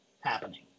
happening